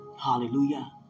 Hallelujah